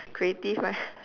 creative right